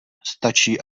stačí